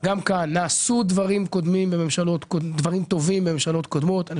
נעשו דברים טובים בממשלות קודמות - אנחנו